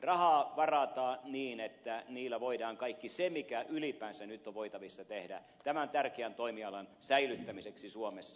rahaa varataan niin että niillä voidaan tehdä kaikki se mikä ylipäänsä nyt on voitavissa tehdä tämän tärkeän toimialan säilyttämiseksi suomessa